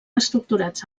estructurats